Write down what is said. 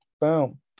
Boom